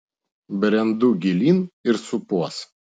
brendu gilyn ir supuos